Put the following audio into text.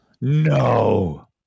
No